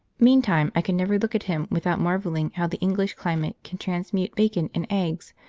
meantime i can never look at him without marvelling how the english climate can transmute bacon and eggs,